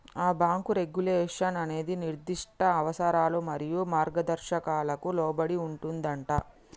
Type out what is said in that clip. ఆ bank regulation అనేది నిర్దిష్ట అవసరాలు మరియు మార్గదర్శకాలకు లోబడి ఉంటుందంటా